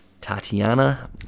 Tatiana